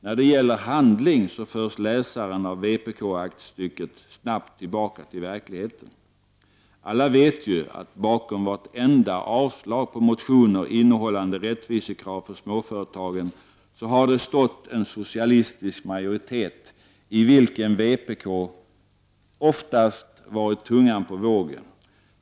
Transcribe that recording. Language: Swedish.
När det gäller handling förs läsaren av vpkaktstycket snabbt tillbaka till verkligheten. Alla vet ju att bakom vartenda avslag på motioner innehållande rättvisekrav för småföretagen har det stått en socialistisk majoritet i vilken vpk oftast varit tungan på vågen.